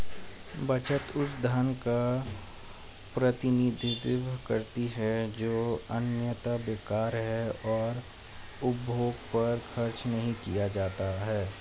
बचत उस धन का प्रतिनिधित्व करती है जो अन्यथा बेकार है और उपभोग पर खर्च नहीं किया जाता है